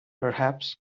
perhaps